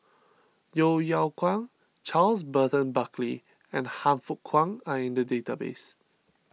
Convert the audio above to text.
Yeo Yeow Kwang Charles Burton Buckley and Han Fook Kwang are in the database